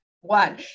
One